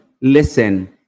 listen